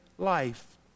life